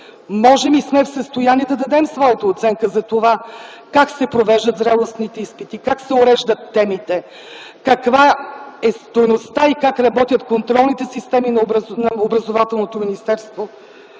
можем и сме в състояние да дадем своята оценка за това как се провеждат зрелостните изпити, как се уреждат темите, каква е стойността и как работят контролните системи на Образователното министерство?